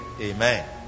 amen